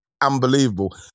unbelievable